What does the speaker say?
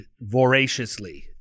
voraciously